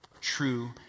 true